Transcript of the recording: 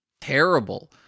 Terrible